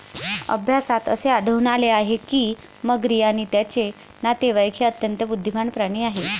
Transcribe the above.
अभ्यासात असे आढळून आले आहे की मगरी आणि त्यांचे नातेवाईक हे अत्यंत बुद्धिमान प्राणी आहेत